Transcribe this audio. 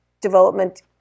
development